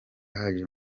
ahagije